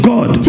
God